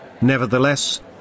Nevertheless